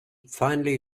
finally